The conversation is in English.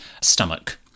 stomach